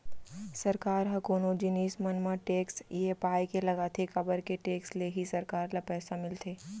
सरकार ह कोनो जिनिस मन म टेक्स ये पाय के लगाथे काबर के टेक्स ले ही सरकार ल पइसा मिलथे